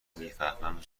میفهمم